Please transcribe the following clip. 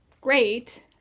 great